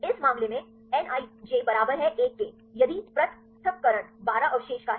इस मामले में nij बराबर है एक के यदि पृथक्करण 12 अवशेष का है